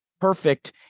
perfect